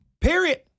Period